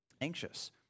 anxious